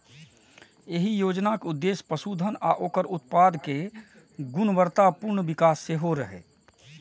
एहि योजनाक उद्देश्य पशुधन आ ओकर उत्पाद केर गुणवत्तापूर्ण विकास सेहो रहै